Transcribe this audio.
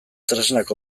tresnak